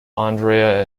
andrea